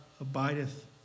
abideth